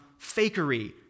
fakery